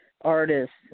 artists